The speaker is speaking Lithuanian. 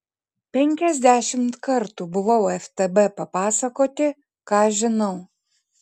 penkiasdešimt kartų buvau ftb papasakoti ką žinau